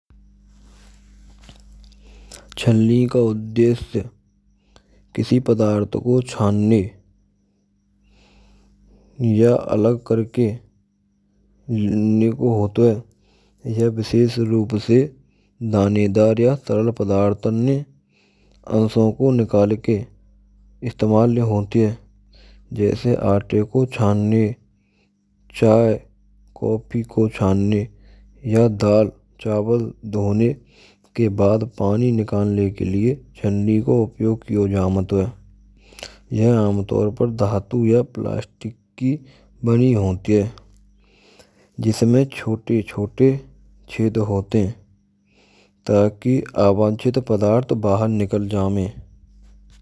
Chhalni ka uddeshy kisi padhartho ko channe ya alag Karke krne ko hot h. Ye vishesh roop se danedar ya taralpadharthan ne ansho ko nikalke istemal mein hoti hai jaise ate ko channe chai coffee ko channe ya daal chawal dhone ke bad pani nikaalne ke liye channi ko upyog kiyo jamta h. Yha amtor par dhatu ya plastic ki bani hoti h jisme chote chote chhed hote hai taki avanchit padhatha bahar nikal jame.